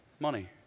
money